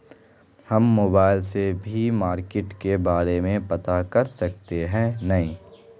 हम मोबाईल से भी मार्केट के बारे में पता कर सके है नय?